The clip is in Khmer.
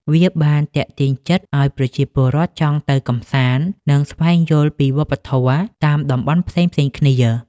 វាបានទាក់ទាញចិត្តឱ្យប្រជាពលរដ្ឋចង់ទៅកម្សាន្ត និងស្វែងយល់ពីវប្បធម៌តាមតំបន់ផ្សេងៗគ្នា។